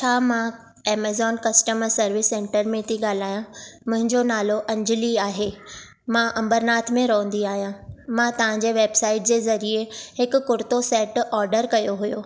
छा मां Amazon customer service centre में थी ॻाल्हायां मुंहिंजो नालो अंजली आहे मां अंबरनाथ मे रहंदी आहियां मां तव्हांजी वेबसाइड जे ज़रिये हिकु कुर्तो सेट ऑर्डर कयो हुयो